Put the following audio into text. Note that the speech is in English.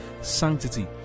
sanctity